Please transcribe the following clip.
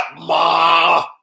Ma